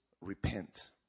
repent